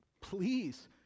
Please